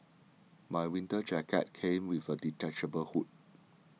my winter jacket came with a detachable hood